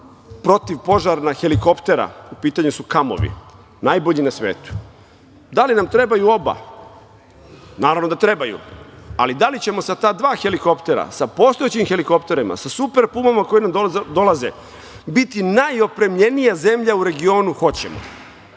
protivpožarna helikoptera, u pitanju su "Kamovi", najbolji na svetu. Da li nam trebaju oba? Naravno da trebaju. Ali, da li ćemo sa ta dva helikoptera, sa postojećim helikopterima, sa "Super pumama" koje nam dolaze, biti najopremljenija zemlja u regionu - hoćemo.